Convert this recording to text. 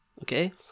Okay